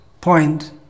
point